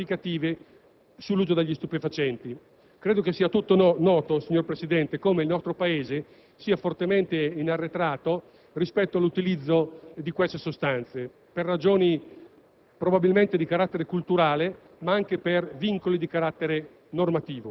L'articolo 8 tratta norme semplificative sull'uso degli stupefacenti. Credo che sia a tutti noto, signor Presidente, come il nostro Paese sia fortemente arretrato rispetto all'utilizzo di tali sostanze, probabilmente